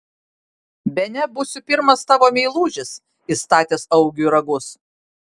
bene būsiu pirmas tavo meilužis įstatęs augiui ragus